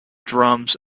drums